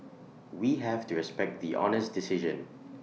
we have to respect the Honour's decision